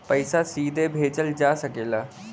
पइसा सीधे भेजल जा सकेला